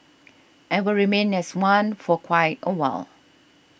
and will remain as one for quite a while